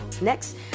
Next